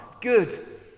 good